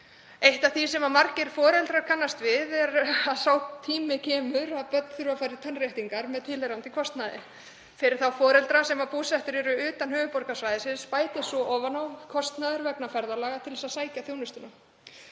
Eitt af því sem margir foreldrar kannast við er að sá tími kemur að börn þurfi að fara í tannréttingar með tilheyrandi kostnaði. Fyrir foreldra sem búsettir eru utan höfuðborgarsvæðisins bætist svo ofan á kostnaður vegna ferðalaga til að sækja þjónustuna.